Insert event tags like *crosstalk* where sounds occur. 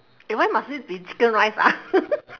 eh why must it be chicken rice ah *laughs*